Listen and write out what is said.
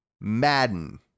madden